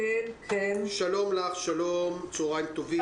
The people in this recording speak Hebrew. ענת, שלום לך, צוהריים טובים, בבקשה.